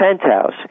penthouse